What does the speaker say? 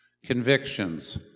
Convictions